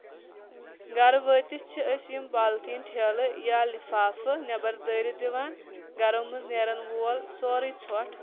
گرٕ وٲتِتھ چھِ أسۍ یِم پالیٖتھیٖن ٹھیلہٕ یا لِفافہٕ نیبر دٲرِتھ دِوان گرو منٛز نیرن وول سورُے ژھۄٹھ